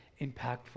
impactful